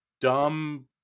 dumb